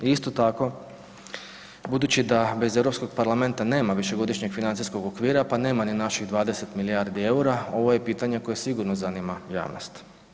I isto tako budući da bez Europskog parlamenta nema višegodišnjeg financijskog okvira pa nema ni naših 20 milijardi EUR-a ovo je pitanje koje sigurno zanima javnost.